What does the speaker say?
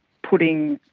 putting